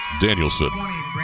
Danielson